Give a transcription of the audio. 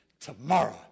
tomorrow